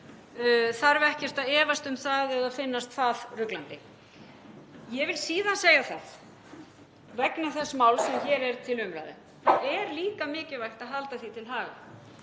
þarf ekkert að efast um það eða finnast það ruglandi. Ég vil síðan segja það, vegna þess máls sem hér er til umræðu, að það er líka mikilvægt að halda því til haga